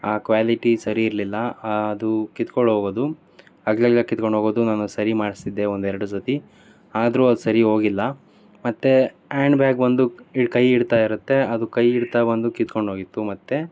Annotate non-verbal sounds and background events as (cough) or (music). ಆ ಕ್ವಾಲಿಟಿ ಸರಿ ಇರಲಿಲ್ಲ ಅದು ಕಿತ್ಕೊಂಡು ಹೋಗೋದು (unintelligible) ಕಿತ್ಕೊಂಡು ಹೋಗೋದು ನಾನು ಸರಿ ಮಾಡಿಸ್ತಿದ್ದೆ ಒಂದೆರಡು ಸರ್ತಿ ಆದ್ರೂ ಅದು ಸರಿ ಹೋಗಿಲ್ಲ ಮತ್ತೆ ಆ್ಯಂಡ್ ಬ್ಯಾಗ್ ಒಂದು ಈ ಕೈ ಹಿಡಿತ ಇರುತ್ತೆ ಅದು ಕೈ ಹಿಡಿತ ಒಂದು ಕಿತ್ಕೊಂಡು ಹೋಗಿತ್ತು ಮತ್ತೆ